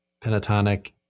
pentatonic